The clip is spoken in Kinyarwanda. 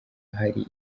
hari